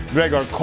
Gregor